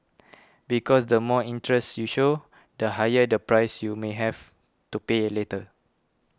because the more interest you show the higher the price you may have to pay a later